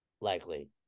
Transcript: likely